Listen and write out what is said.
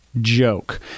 joke